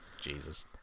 Jesus